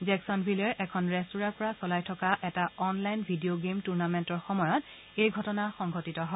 জেকচনভিলেৰ এখন ৰেস্তোৰাৰ পৰা চলাই থকা এটা অনলাইন ভিডিঅ' গেম টুৰ্ণামেণ্টৰ সময়ত এই ঘটনা সংঘটিত হয়